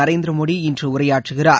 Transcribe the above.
நரேந்திர மோடி இன்று உரையாற்றுகிறார்